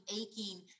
aching